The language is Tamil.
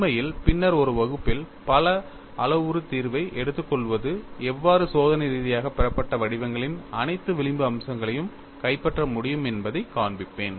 உண்மையில் பின்னர் ஒரு வகுப்பில் பல அளவுரு தீர்வை எடுத்துக்கொள்வது எவ்வாறு சோதனை ரீதியாக பெறப்பட்ட வடிவங்களின் அனைத்து விளிம்பு அம்சங்களையும் கைப்பற்ற முடியும் என்பதைக் காண்பிப்பேன்